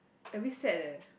a bit sad leh